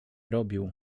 robił